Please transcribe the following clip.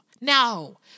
No